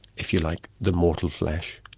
if you like, the mortal flesh.